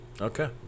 Okay